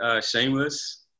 Shameless